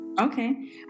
Okay